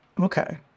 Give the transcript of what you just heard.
Okay